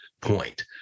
point